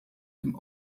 dem